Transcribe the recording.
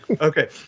Okay